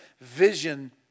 vision